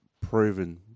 proven